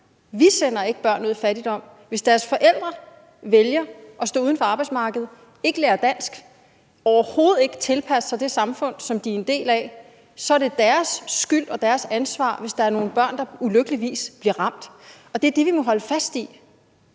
vi sender ikke børn ud i fattigdom. Hvis deres forældre vælger at stå uden for arbejdsmarkedet, ikke lærer dansk og overhovedet ikke tilpasser sig det samfund, som de er en del af, er det deres skyld og deres ansvar, hvis der er nogen børn, der ulykkeligvis bliver ramt, og det er det, vi må holde fast i.